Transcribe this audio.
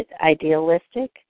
idealistic